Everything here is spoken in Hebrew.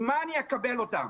עם מה אני אקבל אותם?